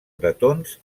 bretons